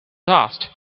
dust